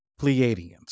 Pleiadians